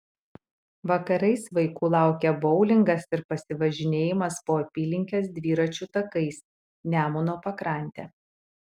vakarais vaikų laukia boulingas ir pasivažinėjimas po apylinkes dviračių takais nemuno pakrante